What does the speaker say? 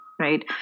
right